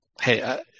Hey